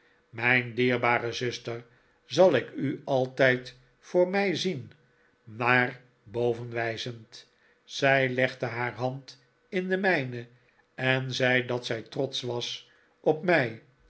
mijn dierbare zuster zal ik u altijd voor mij zien naar boven wijzend zij legde haar hand in de mijne en zei dat zij trotsch was op mij